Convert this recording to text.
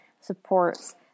supports